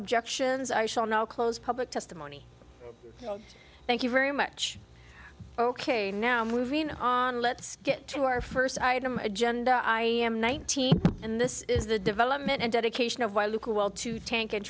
objections i shall now close public testimony thank you very much ok now moving on let's get to our first item agenda i am nineteen and this is the development and dedication of my local well to tank and